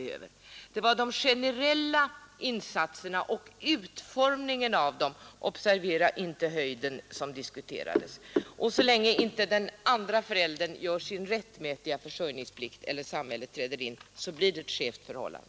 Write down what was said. Det var de generella insatserna och utformningen av dem — observera inte höjden — som diskuterades. Så länge inte den andra föräldern fullgör sin rättmätiga försörjningsplikt eller samhället i stället träder in blir det ett skevt förhållande.